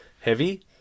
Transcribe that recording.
heavy